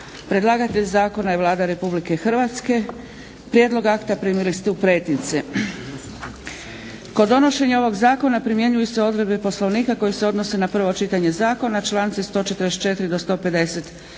Predlagatelj zakona je Vlada Republike Hrvatske. Prijedlog akta primili ste u pretince. Kod donošenja ovog zakona primjenjuju se odredbe Poslovnika koje se odnose na prvo čitanje zakona, članci 144. do 150.